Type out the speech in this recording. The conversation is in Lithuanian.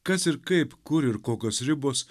kas ir kaip kur ir kokios ribos